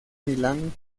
milán